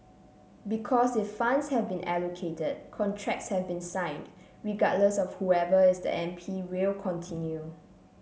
because if funds have been allocated contracts have been signed regardless of whoever is the M P will continue